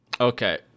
Okay